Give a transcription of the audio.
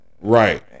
Right